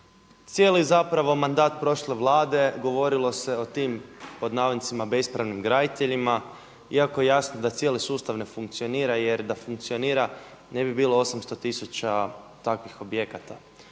Cijeli zapravo mandat prošle Vlade govorilo se o tim „bespravnim graditeljima“ iako je jasno da cijeli sustav ne funkcionira jer da funkcionira ne bi bilo 800 tisuća takvih objekata.